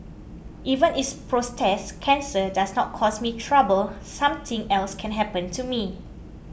even if prostate cancer does not cause me trouble something else can happen to me